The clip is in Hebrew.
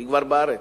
היא כבר בארץ,